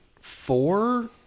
four